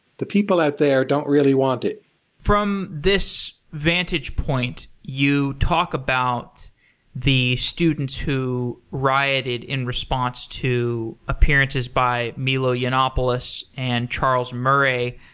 the people out there don't really want it from this vantage point, you talk about the students who rioted in response to a appearances by milo yiannopoulos and charles murray,